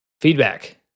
Feedback